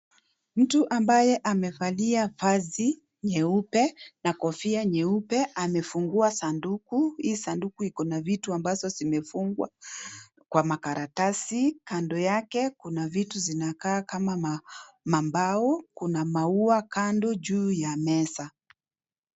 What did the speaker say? Mtu ambaye amevalia vazi nyeupe na kofia nyeupe amefungua sanduku. Hii sanduku iko na vitu ambazo zimefungwa kwa makaratasi. Kando yake kuna vitu zinakaa kama mambao. Kuna maua kando juu ya meza.